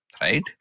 right